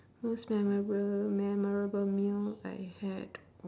most memorable memorable meal I had